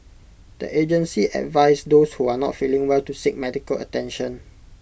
the agency advised those who are not feeling well to seek medical attention